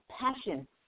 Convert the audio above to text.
passion